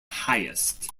highest